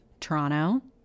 Toronto